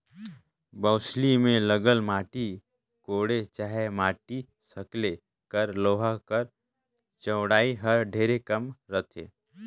बउसली मे लगल माटी कोड़े चहे माटी सकेले कर लोहा कर चउड़ई हर ढेरे कम रहथे